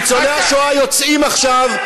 ניצולי השואה יוצאים עכשיו.